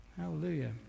Hallelujah